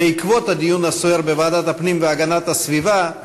בעקבות הדיון הסוער בוועדת הפנים והגנת הסביבה,